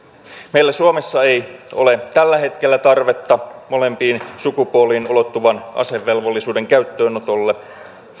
meillä suomessa ei ole tällä hetkellä tarvetta molempiin sukupuoliin ulottuvan asevelvollisuuden käyttöönotolle